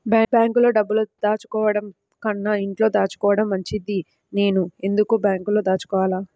బ్యాంక్లో డబ్బులు దాచుకోవటంకన్నా ఇంట్లో దాచుకోవటం మంచిది నేను ఎందుకు బ్యాంక్లో దాచుకోవాలి?